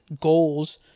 goals